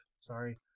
sorry